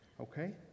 okay